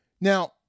Now